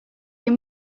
your